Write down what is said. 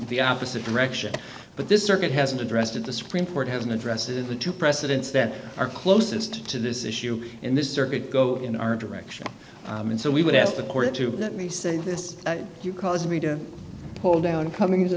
the opposite direction but this circuit hasn't addressed it the supreme court has in addresses the two precedents that are closest to this issue in this circuit go in our direction and so we would ask the court to let me say this you cause me to pull down cummings and